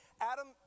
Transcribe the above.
Adam